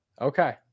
Okay